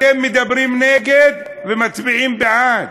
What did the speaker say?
אתם מדברים נגד ומצביעים בעד.